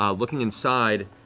um looking inside,